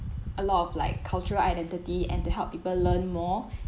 a lot of like cultural identity and to help people learn more